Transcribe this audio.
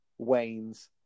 Waynes